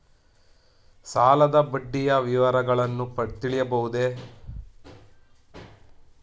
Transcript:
ಸಾಲದ ಬಡ್ಡಿಯ ವಿವರಗಳನ್ನು ತಿಳಿಯಬಹುದೇ?